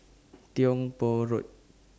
Tiong Poh Road